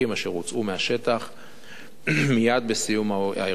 אשר הוצאו מהשטח מייד בסיום האירוע.